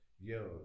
yo